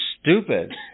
stupid